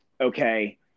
okay